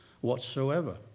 whatsoever